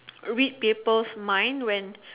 read people's mind when